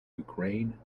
ukraine